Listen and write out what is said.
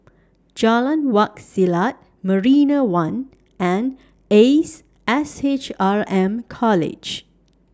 Jalan Wak Selat Marina one and Ace S H R M College